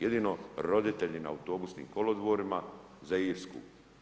Jedino roditelji na autobusnim kolodvorima za Irsku.